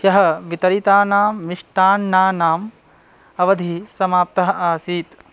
ह्यः वितरितानां मिष्टान्नानाम् अवधिः समाप्तः आसीत्